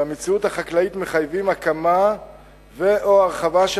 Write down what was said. והמציאות החקלאית מחייבות הקמה ו/או הרחבה של